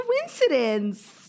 coincidence